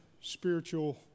spiritual